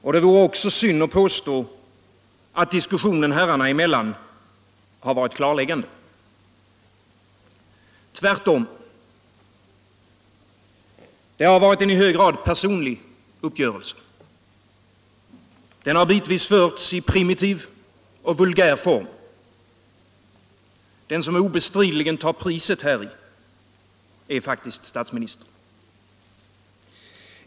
Och det vore synd att påstå att diskussionen herrarna emellan har varit klarläggande. Tvärtom. Det har varit en i hög grad personlig uppgörelse. Den har bitvis förts i primitiv och vulgär form. Den som obestridligen tar priset häri är faktiskt statsministern.